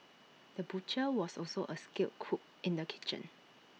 the butcher was also A skilled cook in the kitchen